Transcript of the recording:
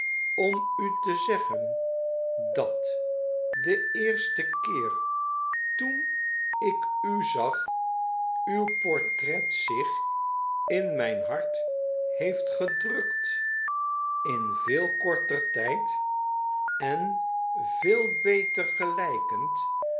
om u te zeggen dat den eersten keer toen ik u zag uw portret zich in mijn hart beef t gedrukt in veel korter tijd en veel beter gelijkend